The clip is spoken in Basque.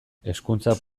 hezkuntzak